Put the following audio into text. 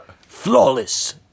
Flawless